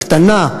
הקטנה,